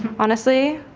honestly,